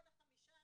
כל ה-15,